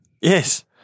Yes